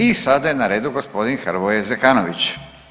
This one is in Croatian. I sada je na redu gospodin Hrvoje Zekanović.